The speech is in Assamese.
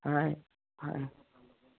হয় হয়